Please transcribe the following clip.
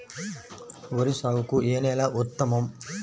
వరి సాగుకు ఏ నేల ఉత్తమం?